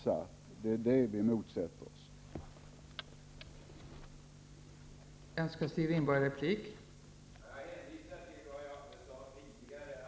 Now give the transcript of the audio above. Det är detta resonemang som vi motsätter oss.